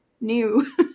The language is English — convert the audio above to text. new